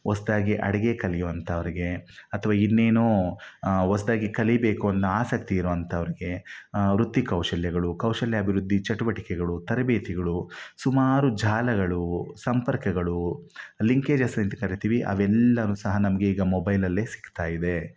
ಹೊಸ್ದಾಗಿ ಅಡುಗೆ ಕಲಿಯೋಂಥವ್ರ್ಗೆ ಅಥ್ವಾ ಇನ್ನೇನೋ ಹೊಸ್ದಾಗಿ ಕಲಿಬೇಕು ಅನ್ನೋ ಆಸಕ್ತಿ ಇರೋಂಥವ್ರಿಗೆ ವೃತ್ತಿ ಕೌಶಲ್ಯಗಳು ಕೌಶಲ್ಯ ಅಭಿವೃದ್ಧಿ ಚಟುವಟಿಕೆಗಳು ತರಬೇತಿಗಳು ಸುಮಾರು ಜಾಲಗಳು ಸಂಪರ್ಕಗಳು ಲಿಂಕೇಜಸ್ ಏನಂತ ಕರೀತೀವಿ ಅವೆಲ್ಲವೂ ಸಹ ನಮಗೆ ಈಗ ಮೊಬೈಲಲ್ಲೇ ಸಿಗ್ತಾಯಿವೆ